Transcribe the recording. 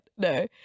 No